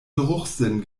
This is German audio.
geruchssinn